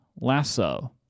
Lasso